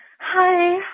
Hi